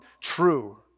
true